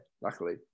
luckily